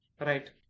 right